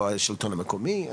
או השלטון המקומי.